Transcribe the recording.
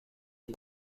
est